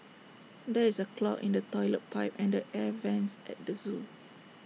there is A clog in the Toilet Pipe and the air Vents at the Zoo